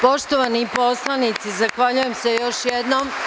Poštovani poslanici zahvaljujem se još jednom.